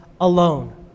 alone